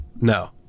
no